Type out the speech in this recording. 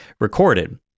recorded